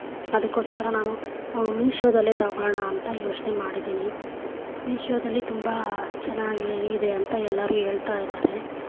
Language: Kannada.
ಅದಕ್ಕೋಸ್ಕರ ನಾನು ಮೀಶೋದಲ್ಲೆ ತಗೊಳ್ಳೋಣ ಅಂತ ಯೋಚನೆ ಮಾಡಿದ್ದೀನಿ ಮೀಶೋದಲ್ಲಿ ತುಂಬ ಚೆನ್ನಾಗಿ ಇದೆ ಅಂತ ಎಲ್ಲರೂ ಹೇಳ್ತಾಯಿದ್ದಾರೆ